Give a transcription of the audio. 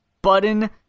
Button